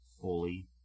fully